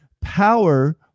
power